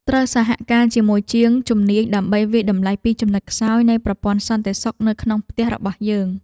ត្រូវសហការជាមួយជាងជំនាញដើម្បីវាយតម្លៃពីចំណុចខ្សោយនៃប្រព័ន្ធសន្តិសុខនៅក្នុងផ្ទះរបស់យើង។